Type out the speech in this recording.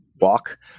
walk